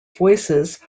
voices